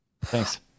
Thanks